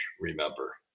remember